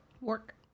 Work